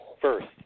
First